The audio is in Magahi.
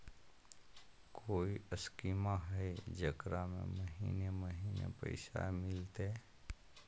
कोइ स्कीमा हय, जेकरा में महीने महीने पैसा मिलते?